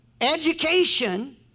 Education